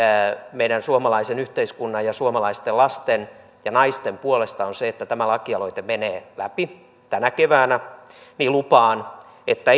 meidän suomalaisen yhteiskunnan ja suomalaisten lasten ja naisten puolesta on se että tämä lakialoite menee läpi tänä keväänä niin lupaan että